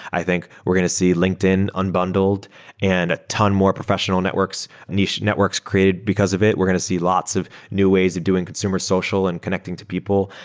i think we're going to see linkedin unbundled and a ton more professional networks, niche networks created because of it. we're going to see lots of new ways of doing consumer social and connecting to people.